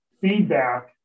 feedback